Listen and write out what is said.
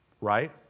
right